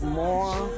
more